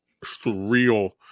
surreal